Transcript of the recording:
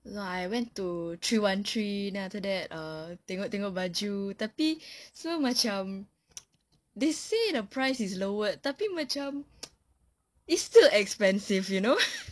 you know I went to three one three then after that err tengok-tengok baju tapi so macam they say the price is lowered tapi macam it's still expensive you know